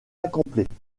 incomplets